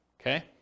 Okay